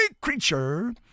creature